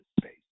space